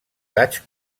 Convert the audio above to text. gaig